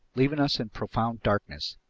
leaving us in profound darkness.